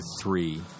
three